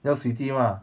要洗地吗